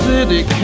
City